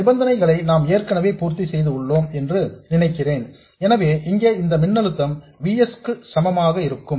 இந்த நிபந்தனைகளை நாம் ஏற்கனவே பூர்த்தி செய்துள்ளோம் என்று நினைக்கிறேன் எனவே இங்கே இந்த மின்னழுத்தம் V s க்கு சமமாக இருக்கும்